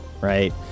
Right